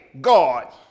God